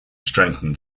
strengthen